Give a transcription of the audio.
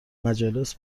مجالس